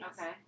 Okay